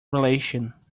relation